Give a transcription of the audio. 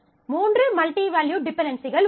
மூன்று multi valued டிபென்டென்சிகள் உள்ளன